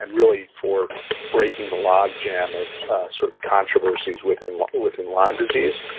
and really, for breaking the log jam and sort of the controversies within lyme within lyme disease.